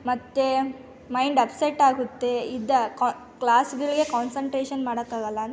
ಮತ್ತೆ mind upset ಆಗುತ್ತೆ ಇದು ಕ್ಲಾಸ್ಗಳಿಗೆ ಕಾನ್ಸಂಟ್ರೇಶನ್ ಮಾಡೋಕ್ಕಾಗಲ್ಲ